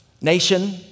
nation